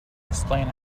explain